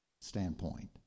standpoint